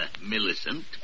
Millicent